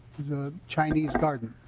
the chinese garden.